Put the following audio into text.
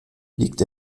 liegt